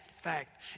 fact